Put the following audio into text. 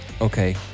Okay